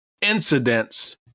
incidents